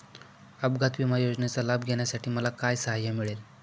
अपघात विमा योजनेचा लाभ घेण्यासाठी मला काय सहाय्य मिळेल?